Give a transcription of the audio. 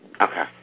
Okay